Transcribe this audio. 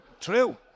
true